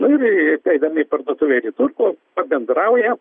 nu ir praeidami į parduotuvę ir į turgų pabendrauja